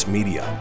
Media